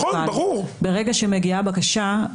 ברגע שמגיעה בקשה,